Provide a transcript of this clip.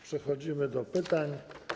Przechodzimy do pytań.